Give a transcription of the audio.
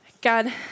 God